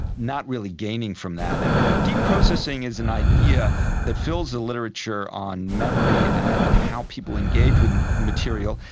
not really gaining from that. and deep processing is an idea that fills the literature on memory and how people engage with material,